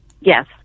Yes